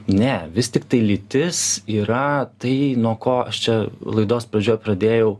ne vis tiktai lytis yra tai nuo ko aš čia laidos pradžioj pradėjau